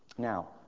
now